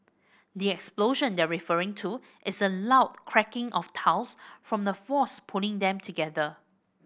the explosion they're referring to is the loud cracking of tiles from the force pulling them together